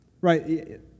right